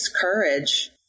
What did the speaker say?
courage